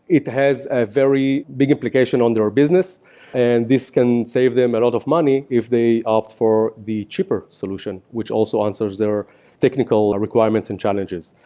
it has a very big implication on their business and this can save them a lot of money if they opt for the cheaper solution, which also answers their technical ah requirements and challenges.